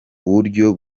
uburyo